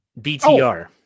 BTR